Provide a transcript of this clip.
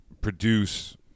produce